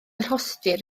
rhostir